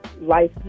life